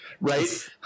Right